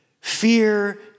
Fear